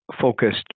focused